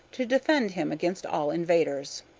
to defend him against all invaders.